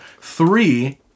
three